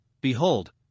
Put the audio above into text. behold